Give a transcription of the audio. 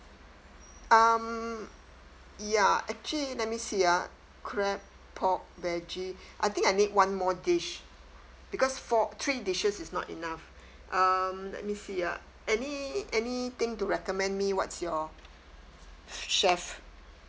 um ya actually let me see ah crab pork veggie I think I need one more dish because four three dishes is not enough um let me see ah any any thing to recommend me what's your chef